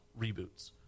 reboots